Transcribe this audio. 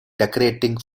decorating